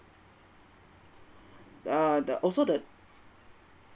the the also the